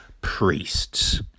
priests